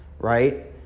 right